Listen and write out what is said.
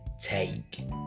take